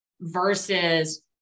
versus